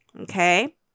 Okay